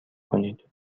کنید